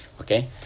okay